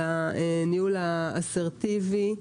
על הניהול האסרטיבי.